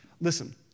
Listen